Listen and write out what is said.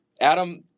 Adam